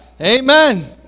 Amen